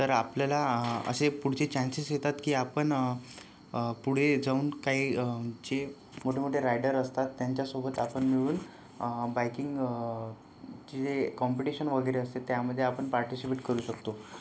तर आपल्याला असे पुढचे चान्सेस येतात की आपण पुढे जाऊन काही जे मोठे मोठे रायडर असतात त्यांच्यासोबत आपण मिळून बाइकिंग जे कॉम्पिटिशन वगैरे असते त्यामध्ये आपण पार्टिसिपेट करू शकतो